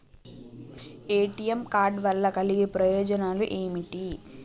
ATM card వల్ల కలిగే ప్రయోజనాలు ఏమిటి?